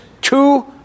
two